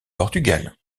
portugal